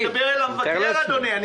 אני מדבר אל המבקר, אדוני.